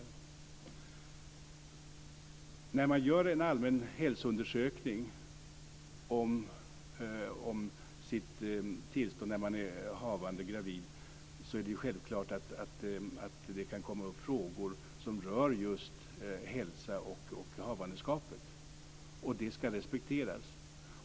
När en kvinna som är gravid gör en allmän hälsoundersökning om sitt tillstånd är det självklart att det kan komma upp frågor som rör just hälsa och havandeskap, och det ska respekteras.